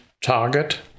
target